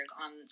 on